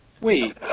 Wait